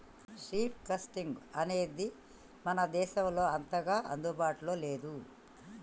sheep crutching అనేది మన దేశంలో అంతగా అందుబాటులో లేదు